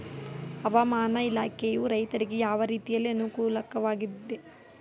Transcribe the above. ಹವಾಮಾನ ಇಲಾಖೆಯು ರೈತರಿಗೆ ಯಾವ ರೀತಿಯಲ್ಲಿ ಅನುಕೂಲಕರವಾಗಿದೆ?